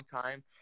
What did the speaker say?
time